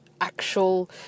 actual